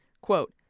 quote